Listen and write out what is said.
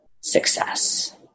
success